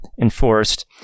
enforced